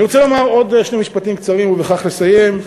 אני רוצה לומר עוד שני משפטים קצרים, ובכך לסיים.